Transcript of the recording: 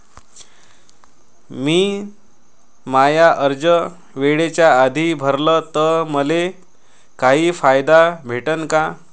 मिन माय कर्ज वेळेच्या आधी भरल तर मले काही फायदा भेटन का?